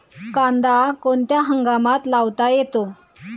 कांदा कोणत्या हंगामात लावता येतो?